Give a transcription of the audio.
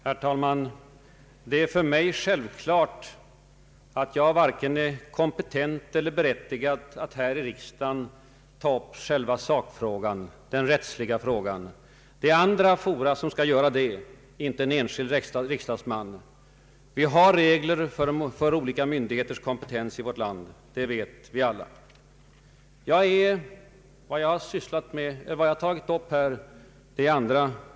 Herr talman! Det är för mig självklart att jag varken är kompetent eller berättigad att här i riksdagen ta upp själva sakfrågan, den rättsliga frågan. Det är andra fora som skall göra det, inte enskilda riksdagsmän. Vi måste följa gällande regler för olika myndigheters kompetens i vårt land. Vad jag tagit upp här, det är andra problem. Jag är tydligen så hopplöst Ang.